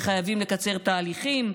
כי חייבים לקצר תהליכים.